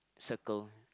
settle